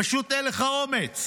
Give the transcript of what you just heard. פשוט אין לך אומץ.